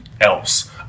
else